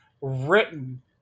written